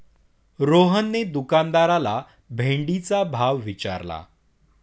रोहनने दुकानदाराला भेंडीचा भाव विचारला